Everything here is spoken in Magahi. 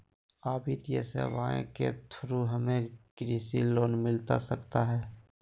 आ वित्तीय सेवाएं के थ्रू हमें कृषि लोन मिलता सकता है?